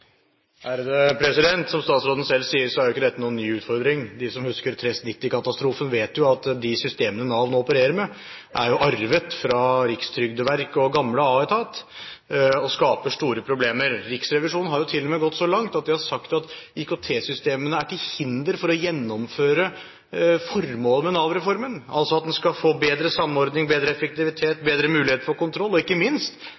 jo ikke dette noen ny utfordring. De som husker TRESS-90-katastrofen, vet jo at de systemene Nav nå opererer med, er arvet fra rikstrygdeverk og gamle Aetat, og skaper store problemer. Riksrevisjonen har jo til og med gått så langt at de har sagt at IKT-systemene er til hinder for å gjennomføre formålet med Nav-reformen, altså at en skal få bedre samordning, bedre effektivitet, bedre mulighet for kontroll og ikke minst